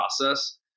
process